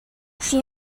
she